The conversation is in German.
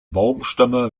baumstämme